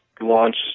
launch